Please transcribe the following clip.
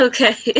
Okay